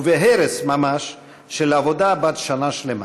וממש בהרס של עבודת שנה שלמה.